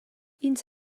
ins